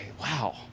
wow